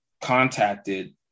contacted